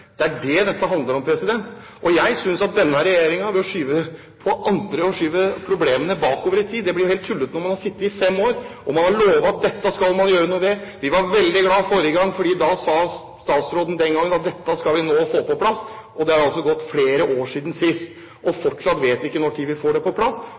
det dette handler om. Jeg synes at denne regjeringen skylder på andre og skyver problemene bakover i tid. Det blir jo helt tullete, når man har sittet i fem år og lovet at dette skal man gjøre noe med. Vi var veldig glade forrige gang, da statsråden sa at dette skal vi nå få på plass – det har nå gått flere år siden sist. Fortsatt vet vi ikke når vi får dette på plass,